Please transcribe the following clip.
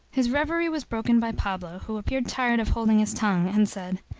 his revery was broken by pablo, who appeared tired of holding his tongue, and said,